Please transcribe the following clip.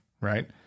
Right